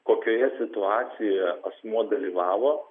kokioje situacijoje asmuo dalyvavo